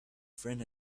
friend